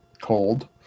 cold